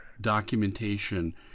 documentation